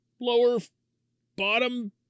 lower-bottom